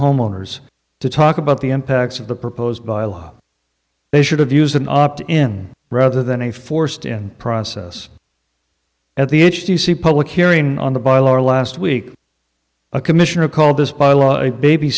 homeowners to talk about the impacts of the proposed by law they should have used an opt in rather than a forced in process at the h d c public hearing on the boiler last week a commissioner called this bylaw a baby